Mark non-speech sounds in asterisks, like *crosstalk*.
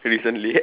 recently *laughs*